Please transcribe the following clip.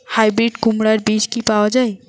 Hybrid কুমড়ার বীজ কি পাওয়া য়ায়?